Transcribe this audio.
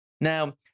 Now